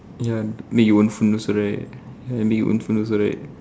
ya make own your phone also right ya make your own phone also right